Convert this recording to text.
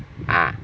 ah